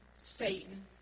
Satan